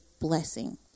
blessing